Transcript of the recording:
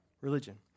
religion